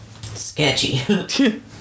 sketchy